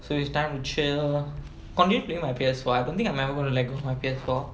so you have time to chill continue playing my P_S four I don't think I'm ever gonna let go of my P_S four